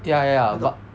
ya ya ya got